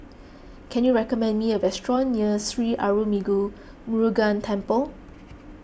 can you recommend me a restaurant near Sri Arulmigu Murugan Temple